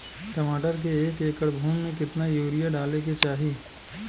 टमाटर के एक एकड़ भूमि मे कितना यूरिया डाले के चाही?